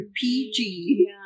PG